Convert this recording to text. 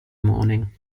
morning